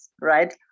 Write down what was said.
right